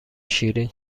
شیرین